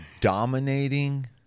dominating